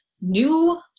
new